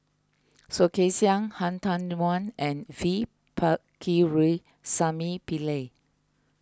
Soh Kay Siang Han Tan Wuan and V Pakirisamy Pillai